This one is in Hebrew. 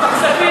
אז תחשפי.